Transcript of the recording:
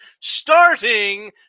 starting